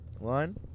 One